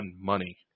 money